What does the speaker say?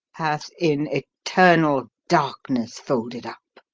hath in eternal darkness folded up.